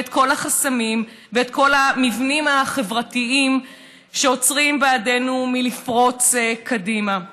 ואת כל החסמים ואת כל המבנים החברתיים שעוצרים בעדנו מלפרוץ קדימה.